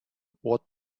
what